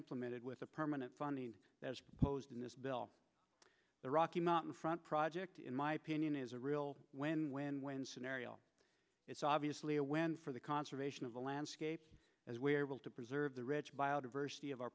implemented with a permanent funding as opposed in this bill the rocky mountain front project in my opinion is a real when win win scenario it's obviously a win for the conservation of the landscape as wearable to preserve the rich biodiversity of our